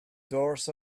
doors